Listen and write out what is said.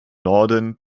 norden